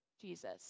Jesus